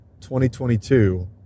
2022